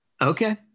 Okay